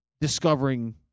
discovering